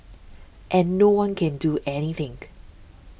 and no one can do any think